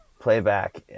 Playback